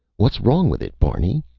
what's wrong with it, barney?